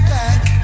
back